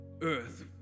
earth